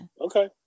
Okay